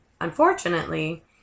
unfortunately